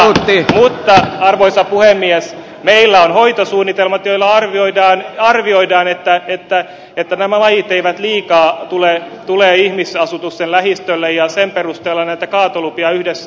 mutta arvoisa puhemies meillä on hoitosuunnitelmat joilla arvioidaan että nämä lajit eivät liikaa tule ihmisasutuksen lähistölle ja sen perusteella näitä kaatolupia yhdessä myönnetään